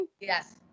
yes